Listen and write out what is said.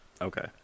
Okay